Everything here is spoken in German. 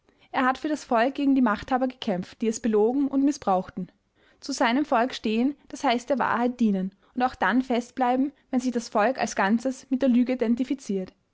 er hat für das volk gegen die machthaber gekämpft die es belogen und mißbrauchten zu seinem volk stehen das heißt der wahrheit dienen und auch dann fest bleiben wenn sich das volk als ganzes mit der lüge identifiziert